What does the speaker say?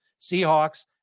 Seahawks